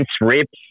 rips